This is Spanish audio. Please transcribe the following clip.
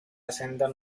ascender